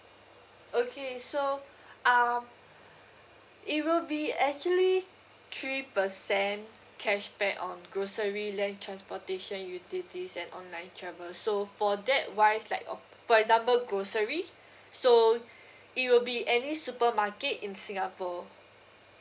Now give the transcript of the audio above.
okay so um it will be actually three percent cashback on grocery land transportation utilities and online travel so for that wise like oh for example grocery so it will be any supermarket in singapore